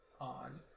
on